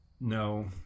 No